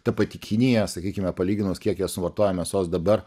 ta pati kinija sakykime palyginus kiek jie suvartoja mėsos dabar